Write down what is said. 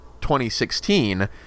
2016